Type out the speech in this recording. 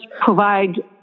provide